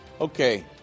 Okay